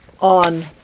on